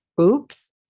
oops